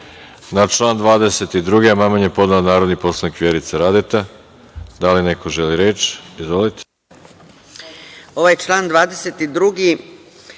član 1. amandman je podnela narodni poslanik Vjerica Radeta. Da li neko želi reč? Izvolite.